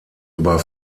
über